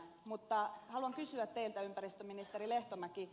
mutta haluan kysyä teiltä ympäristöministeri lehtomäki